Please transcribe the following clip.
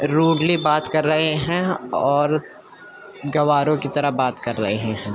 rudely بات کر رہے ہیں اور گنواروں کی طرح بات کر رہے ہیں